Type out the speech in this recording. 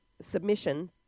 submission